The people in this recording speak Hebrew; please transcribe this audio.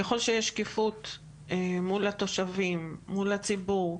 ככל שיש שקיפות אל מול התושבים והציבור,